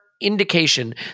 indication